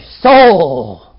soul